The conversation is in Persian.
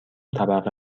طبقه